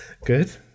Good